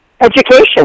Education